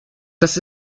das